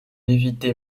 évitait